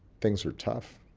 things are tough,